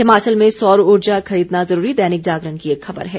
हिमाचल में सौर उर्जा खरीदना जरूरी दैनिक जागरण की एक खबर है